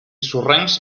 sorrencs